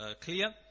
clear